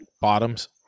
bottoms